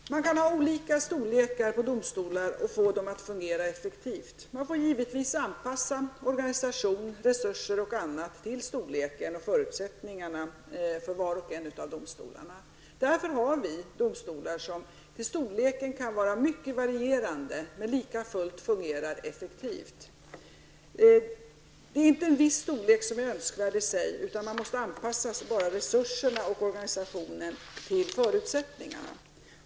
Herr talman! Man kan ha olika storlekar på domstolar och få dem att fungera effektivt. Man får givetvis anpassa organisation, resurser och annat till storleken och förutsättningarna för var och en av domstolarna. Våra domstolar kan därför till storleken vara mycket varierande, men likafullt fungerar de alla effektivt. Det är inte en viss storlek som i sig är önskvärd, utan man måste anpassa både resurserna och organisationen till förutsättningarna.